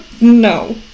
No